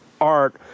art